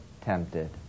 tempted